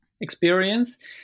experience